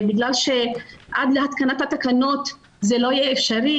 ועד להתקנת התקנות זה לא יהיה אפשרי,